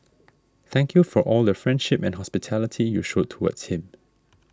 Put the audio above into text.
thank you for all the friendship and hospitality you showed towards him